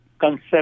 concept